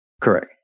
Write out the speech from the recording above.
Correct